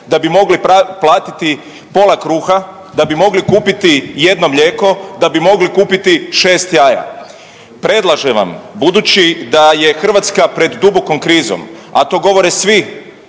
da bi mogli platiti pola kruha, da bi mogli kupiti jedno mlijeko, da bi mogli kupiti 6 jaja? Predlažem vam budući da je Hrvatska pred dubokom krizom, a to govore svi